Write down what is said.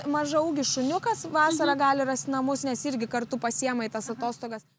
mažaūgis šuniukas vasarą gali rasti namus nes irgi kartu pasiima į tas atostogas